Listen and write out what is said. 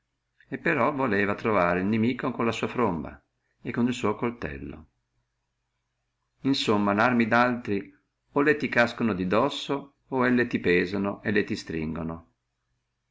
e però voleva trovare el nimico con la sua fromba e con il suo coltello in fine larme daltri o le ti caggiono di dosso o le ti pesano o le ti stringano